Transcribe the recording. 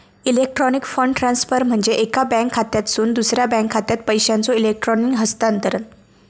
electronic fund transfer म्हणजे एका bank खात्यातसून दुसरा बँक खात्यात पैशांचो इलेक्ट्रॉनिक हस्तांतरण